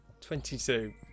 Twenty-two